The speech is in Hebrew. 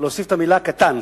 את המלה "קטן".